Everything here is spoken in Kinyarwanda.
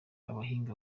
abahinga